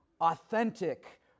authentic